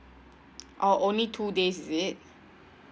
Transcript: oh only two days is it